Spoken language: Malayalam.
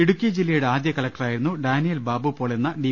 ഇടുക്കി ജില്ലയുടെ ആദ്യ കലക്ടറായിരുന്നു ഡാനിയൽ ബാബു പോൾ എന്ന ഡി